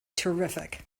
terrific